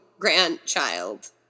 grandchild